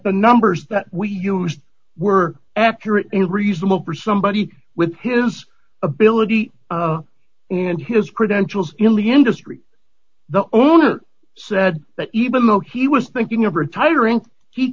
the numbers that we used were accurate and reasonable for somebody with his ability and his credentials ilia industry the owner said that even though he was thinking of retiring he